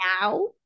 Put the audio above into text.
now